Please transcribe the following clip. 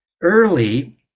early